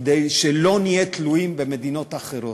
כדי שלא נהיה תלויים במדינות אחרות?